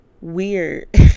weird